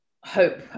hope